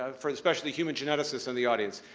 ah for especially human geneticists in the audience.